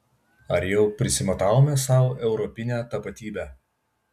ar jau prisimatavome sau europinę tapatybę